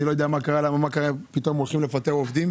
אני לא יודע מה קרה שפתאום הם הולכים לפטר עובדים.